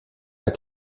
mehr